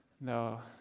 No